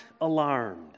alarmed